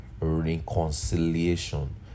reconciliation